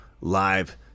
live